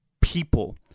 people